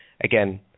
again